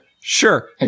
Sure